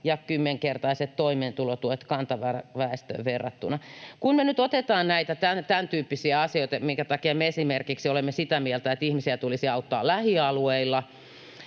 ja kymmenkertaiset toimeentulotuet kantaväestöön verrattuna. Kun me nyt otetaan näitä tämäntyyppisiä asioita, minkä takia me esimerkiksi olemme sitä mieltä, että ihmisiä tulisi auttaa lähialueilla